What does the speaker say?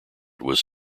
was